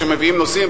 שמביאים נושאים,